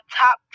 top